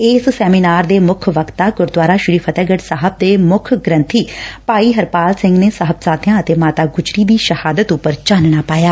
ਏਸ ਸੈਮੀਨਾਰ ਦੇ ਮੁੱਖ ਵਕਤਾ ਗੁਰਦੁਆਰਾ ਸ੍ਰੀ ਫ਼ਤਿਹਗੜ ਸਾਹਿਬ ਦੇ ਮੁੱਖ ਗ੍ਰੰਬੀ ਭਾਈ ਹਰਪਾਲ ਸਿੰਘ ਨੇ ਸਾਹਿਬਜਾਦਿਆਂ ਅਤੇ ਮਾਤਾ ਗੁਜਰੀ ਦੀ ਸ਼ਹਾਦਤ ਉੱਪਰ ਚਾਨਣਾ ਪਾਇਆ